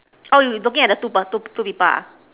oh you you looking at the two two people ah